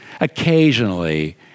Occasionally